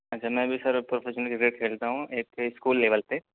اچھا میں بھی سر پروفیشنل کرکٹ کھیلتا ہوں ایک اسکول لیول پہ